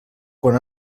quan